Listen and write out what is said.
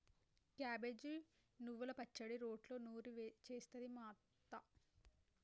cabbage నువ్వల పచ్చడి రోట్లో నూరి చేస్తది మా అత్త